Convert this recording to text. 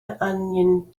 angen